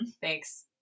Thanks